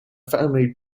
family